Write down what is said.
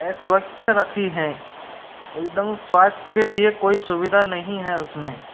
अस्वच्छ रखी हैं एकदम स्वास्थ्य के लिए कोई सुविधा नहीं है उसमें